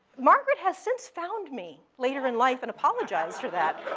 margaret has since found me later in life and apologized for that.